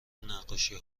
نقاشی